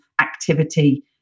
activity